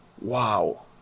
Wow